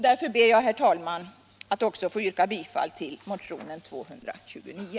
Därför ber jag, herr talman, att också få yrka bifall till motionen 229.